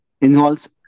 involves